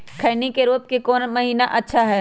खैनी के रोप के कौन महीना अच्छा है?